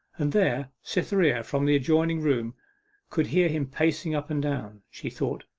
and there cytherea from the adjoining room could hear him pacing up and down. she thought,